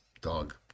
dog